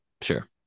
Sure